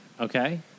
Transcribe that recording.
Okay